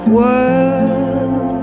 world